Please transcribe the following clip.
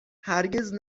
هرگز